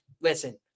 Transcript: listen